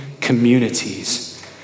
Communities